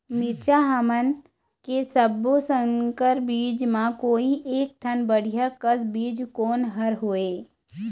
मिरचा हमन के सब्बो संकर बीज म कोई एक ठन बढ़िया कस बीज कोन हर होए?